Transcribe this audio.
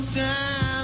time